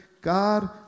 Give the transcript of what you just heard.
God